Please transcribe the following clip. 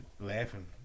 laughing